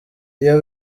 iyo